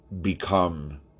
become